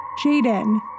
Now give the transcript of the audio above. Jaden